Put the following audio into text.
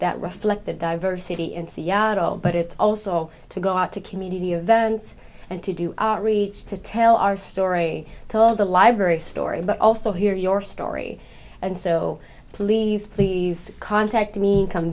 that reflect the diversity in seattle but it's also to go out to community events and to do outreach to tell our story to all the library story but also hear your story and so please please contact me come